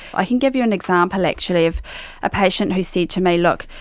i can give you an example actually of a patient who said to me, look,